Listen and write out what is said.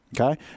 Okay